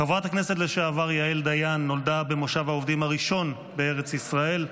חברת הכנסת לשעבר יעל דיין נולדה במושב העובדים הראשון בארץ ישראל,